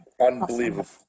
unbelievable